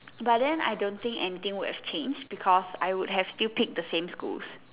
but then I don't think anything would have changed because I would have still picked the same schools